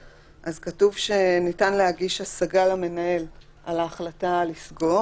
אז כתוב שניתן להגיש השגה למנהל על ההחלטה לסגור,